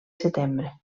setembre